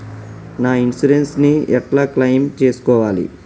నా ఇన్సూరెన్స్ ని ఎట్ల క్లెయిమ్ చేస్కోవాలి?